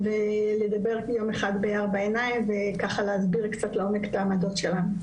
ולדבר יום אחד בארבע עיניים ולהסביר קצת לעומק את העמדות שלנו.